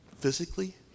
physically